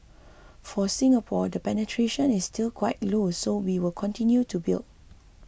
for Singapore the penetration is still quite low so we will continue to build